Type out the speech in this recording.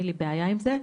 אין לי בעיה עם זה,